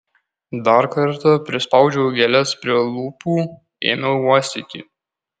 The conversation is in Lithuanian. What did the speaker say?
dar kartą prispaudžiau gėles prie lūpų ėmiau uostyti